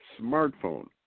smartphone